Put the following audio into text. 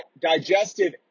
digestive